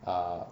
uh